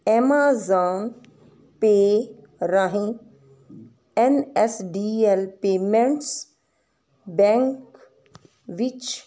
Amazon pay ਰਾਹੀਂ N S D L payments bank ਵਿੱਚ